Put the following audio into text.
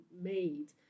made